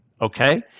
okay